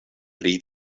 pri